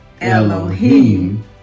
Elohim